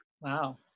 Wow